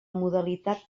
modalitat